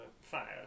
fire